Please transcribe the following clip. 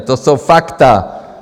To jsou fakta.